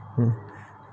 mm